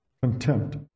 contempt